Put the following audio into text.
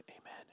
Amen